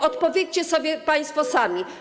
Odpowiedzcie sobie państwo sami.